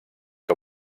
que